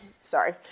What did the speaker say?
sorry